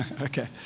Okay